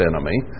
enemy